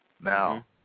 Now